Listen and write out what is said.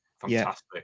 Fantastic